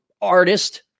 artist